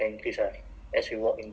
or voice ah